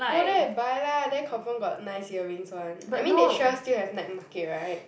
go there and buy lah there confirm got nice earrings [one] I mean they sure still have night market [right]